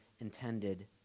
intended